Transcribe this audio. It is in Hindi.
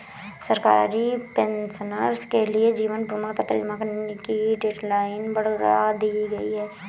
सरकारी पेंशनर्स के लिए जीवन प्रमाण पत्र जमा करने की डेडलाइन बढ़ा दी गई है